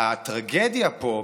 הטרגדיה פה,